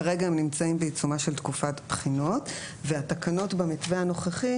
כרגע הם נמצאים בעיצומה של תקופת בחינות והתקנות במתווה הנוכחי,